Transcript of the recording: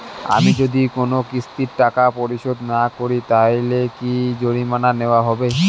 আমি যদি কোন কিস্তির টাকা পরিশোধ না করি তাহলে কি জরিমানা নেওয়া হবে?